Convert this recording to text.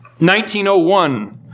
1901